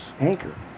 Anchor